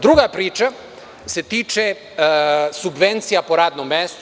Druga priča se tiče subvencija po radnom mestu.